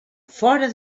fora